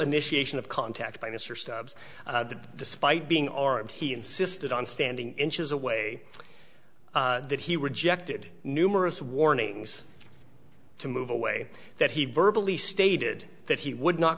initiation of contact by mr stubbs despite being armed he insisted on standing inches away that he rejected numerous warnings to move away that he verbal e stated that he would not